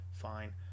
fine